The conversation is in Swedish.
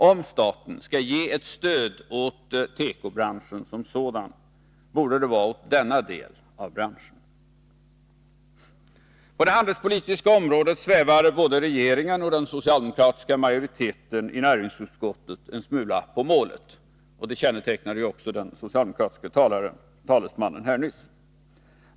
Om staten skall ge ett stöd åt tekobranschen som sådan, borde det vara åt denna del av branschen. På det handelspolitiska området svävar både regeringen och den socialdemokratiska majoriteten i näringsutskottet en smula på målet — det kännetecknade också den socialdemokratiske talesmannen i hans anförande nyss.